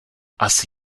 asi